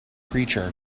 creature